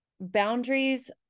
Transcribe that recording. boundaries